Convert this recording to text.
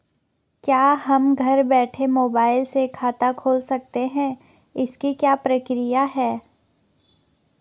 क्या हम घर बैठे मोबाइल से खाता खोल सकते हैं इसकी क्या प्रक्रिया है?